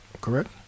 correct